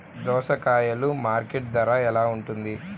దోసకాయలు మార్కెట్ ధర ఎలా ఉంటుంది?